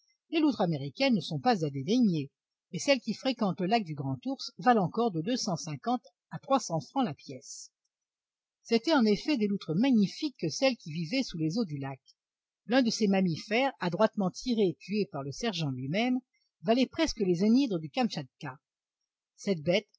les loutres américaines ne sont pas à dédaigner et celles qui fréquentent le lac du grand ours valent encore de deux cent cinquante à trois cents francs la pièce c'étaient en effet des loutres magnifiques que celles qui vivaient sous les eaux du lac l'un de ces mammifères adroitement tiré et tué par le sergent lui-même valait presque les enhydres du kamtchatka cette bête